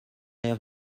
have